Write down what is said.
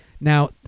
Now